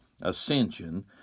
ascension